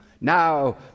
Now